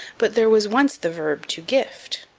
but there was once the verb to gift,